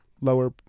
lower